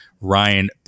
ryan